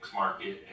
market